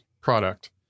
product